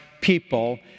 people